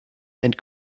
and